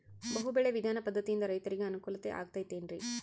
ಬಹು ಬೆಳೆ ವಿಧಾನ ಪದ್ಧತಿಯಿಂದ ರೈತರಿಗೆ ಅನುಕೂಲ ಆಗತೈತೇನ್ರಿ?